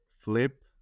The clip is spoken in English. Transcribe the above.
flip